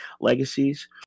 legacies